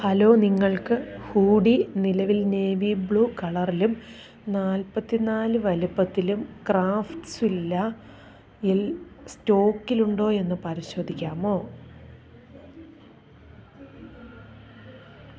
hello നിങ്ങൾക്ക് hoodie നിലവിൽ navy blue കളറിലും നാൽപ്പത്തി നാല് വലുപ്പത്തിലും ക്രാഫ്റ്റ്സ്വില്ലയിൽ സ്റ്റോക്കിലുണ്ടോ എന്ന് പരിശോധിക്കാമോ